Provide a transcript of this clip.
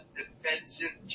defensive